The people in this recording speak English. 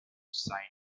signal